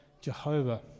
Jehovah